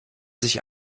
sich